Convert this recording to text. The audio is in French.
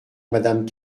madame